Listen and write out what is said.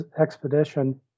expedition